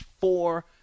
Four